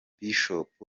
bishop